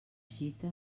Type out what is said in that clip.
gita